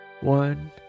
One